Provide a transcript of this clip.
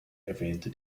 erwähnte